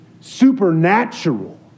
supernatural